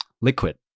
liquid